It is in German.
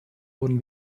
wurden